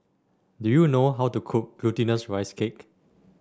do you know how to cook Glutinous Rice Cake